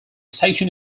station